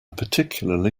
particularly